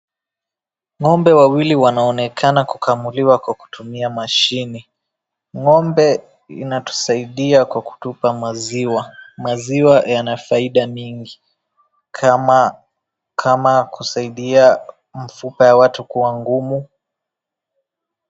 Ng'ombe wawili wanaonekana kukamuliwa kwa kutumia mashini. Ng'ombe inatusaidia kwa kutupa maziwa. Maziwa yana faida mingi kama kusaidia mfupa ya watu kuwa gumu.